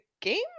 game